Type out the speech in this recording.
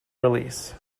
release